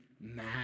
mad